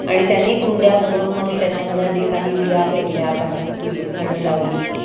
आणि त्याने कुंड्या भरून मग मी त्याच्यामध्ये आधी काही बिया पेरल्या काही फुलझाडं लावली